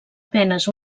penes